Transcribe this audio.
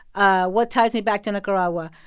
ah what ties me back to nicaragua?